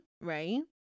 Right